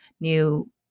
new